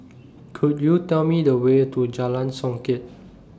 Could YOU Tell Me The Way to Jalan Songket